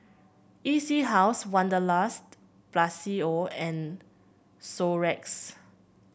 E C House Wanderlust Plus C O and Xorex